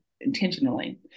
intentionally